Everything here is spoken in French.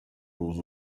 aux